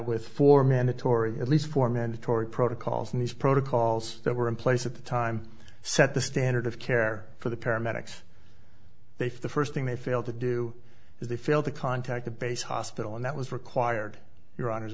with four mandatory at least four mandatory protocols and these protocols that were in place at the time set the standard of care for the paramedics they for the first thing they failed to do is they failed to contact the base hospital and that was required here on